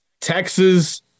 Texas